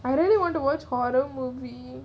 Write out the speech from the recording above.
I really want to watch horror movie